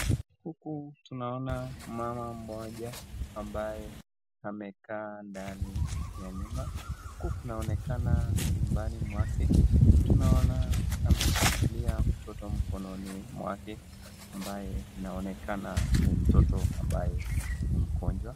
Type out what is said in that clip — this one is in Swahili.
Huku tunaona mama mmoja ambaye amekaa ndani ya nyumba. Huku kunaonekana ni nyumbani mwake, tunaona ameshikilia mtoto mkononi mwake, ambaye inaonekana ni mtoto ambaye ni mgonjwa